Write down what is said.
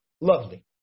lovely